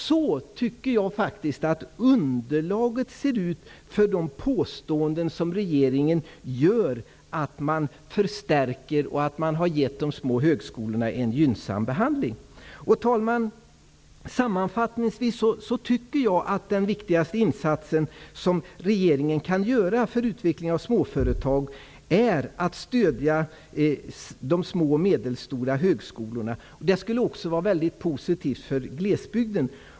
Så, tycker jag underlaget ser ut för de påståenden som regeringen gör att man förstärker och ger de små högskolorna en gynnsam behandling. Herr talman! Sammanfattningsvis vill jag säga att den viktigaste insatsen som regeringen kan göra för utveckling av småföretag är att stödja de små och medelstora högskolorna. Det skulle också vara mycket positivt för glesbygden.